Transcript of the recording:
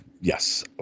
Yes